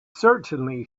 certainly